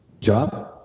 job